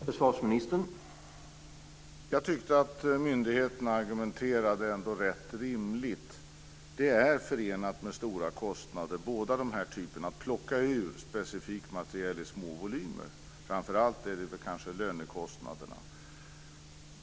Herr talman! Jag tyckte att myndigheterna ändå argumenterade rätt rimligt. Det är förenat med stora kostnader att plocka ur specifik materiel i små volymer. Framför allt gäller det kanske lönekostnaderna.